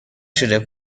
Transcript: شده